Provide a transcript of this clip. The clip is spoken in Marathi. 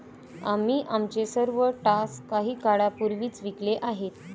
आम्ही आमचे सर्व स्टॉक काही काळापूर्वीच विकले आहेत